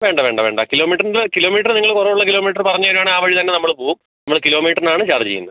വേണ്ട വേണ്ട വേണ്ട കിലോമീറ്ററിൻ്റെ കിലോമീറ്ററ് നിങ്ങൾ കുറവുള്ള കിലോമീറ്ററ് പറഞ്ഞ് തരുവാണേൽ ആ വഴി തന്നെ നമ്മൾ പോവും നമ്മൾ കിലോമീറ്ററിനാണ് ചാർജ് ചെയ്യുന്നത്